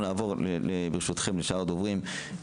נעבור, ברשותכם, לשאר הדוברים.